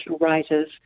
writers